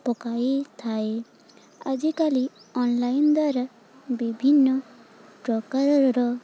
ପକାଇଥାଏ ଆଜିକାଲି ଅନଲାଇନ୍ ଦ୍ୱାରା ବିଭିନ୍ନ ପ୍ରକାରର